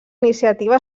iniciativa